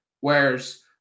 whereas